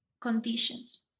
conditions